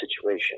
situation